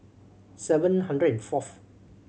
seven hundred and fourth